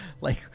Like-